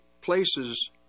places